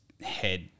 head